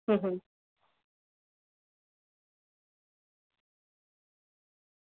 હમ્મ હમ્મ